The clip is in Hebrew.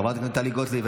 חברת הכנסת טלי גוטליב,